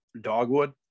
dogwood